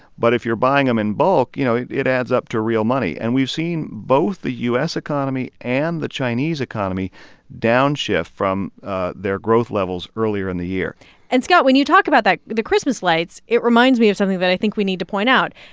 but if you're buying them in bulk, you know, it it adds up to real money. and we've seen both the u s. economy and the chinese economy downshift from their growth levels earlier in the year and, scott, when you talk about that the christmas lights, it reminds me of something that i think we need to point out.